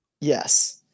Yes